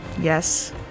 Yes